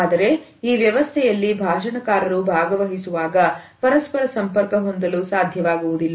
ಆದರೆ ಈ ವ್ಯವಸ್ಥೆಯಲ್ಲಿ ಭಾಷಣಕಾರರು ಭಾಗವಹಿಸುವಾಗ ಪರಸ್ಪರ ಸಂಪರ್ಕ ಹೊಂದಲು ಸಾಧ್ಯವಾಗವುದಿಲ್ಲ